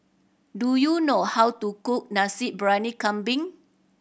do you know how to cook Nasi Briyani Kambing